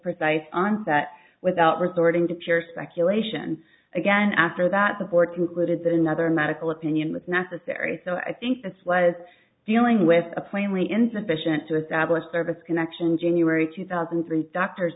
precise onset without resorting to pure speculation again after that the board concluded that another medical opinion was necessary so i think this was dealing with a plainly insufficient to establish service connection january two thousand and three doctor